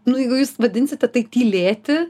nu jeigu jūs vadinsite tai tylėti